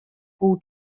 pół